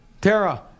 Tara